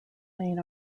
main